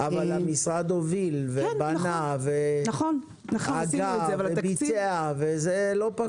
אבל המשרד הוביל ובנה והגה וביצע, וזה לא פחות.